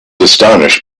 astonished